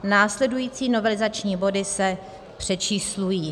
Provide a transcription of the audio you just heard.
Následující novelizační body se přečíslují;